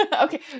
Okay